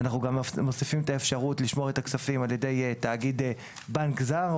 אנחנו גם מוסיפים את האפשרות לשמור את הכספים על ידי תאגיד בנק זר,